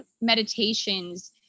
meditations